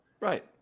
right